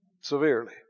severely